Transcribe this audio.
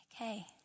Okay